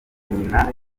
nyina